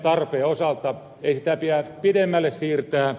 ei sitä pidä pidemmälle siirtää